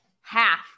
half